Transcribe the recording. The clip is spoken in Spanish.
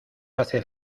hace